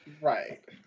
right